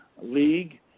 League